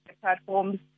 platforms